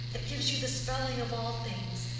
that gives you the spelling of all things,